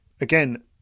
again